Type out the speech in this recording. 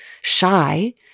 shy